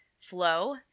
flow